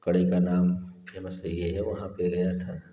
कड़ी का नाम फेमस ही है वहाँ पर गया था